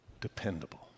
dependable